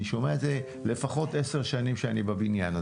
אני שומע את זה לפחות עשר שנים שאני בבניין הזה.